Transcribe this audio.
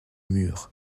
murs